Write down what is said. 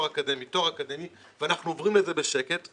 אקדמי תואר אקדמי ואנחנו עוברים על זה בשקט,